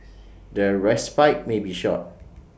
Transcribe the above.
their respite may be short